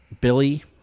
Billy